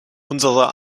unserer